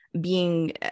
being-